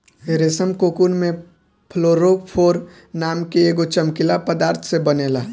रेशम कोकून में फ्लोरोफोर नाम के एगो चमकीला पदार्थ से बनेला